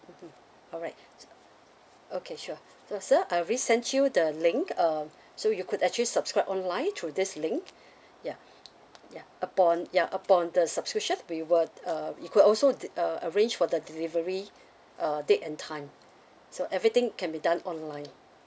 mmhmm alright okay sure so sir I've already sent you the link uh so you could actually subscribe online through this link ya ya upon ya upon the subscription we will uh you could also de~ uh arrange for the delivery uh date and time so everything can be done online